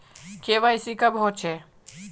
KYC कब होचे?